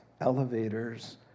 elevators